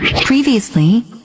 Previously